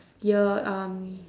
year um